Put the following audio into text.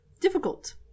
difficult